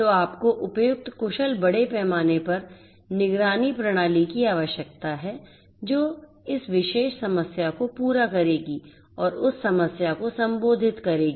तो आपको उपयुक्त कुशल बड़े पैमाने पर निगरानी प्रणाली की आवश्यकता है जो इस विशेष समस्या को पूरा करेगी और उस समस्या को संबोधित करेगी